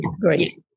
Great